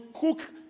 cook